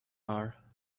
are